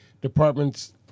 departments –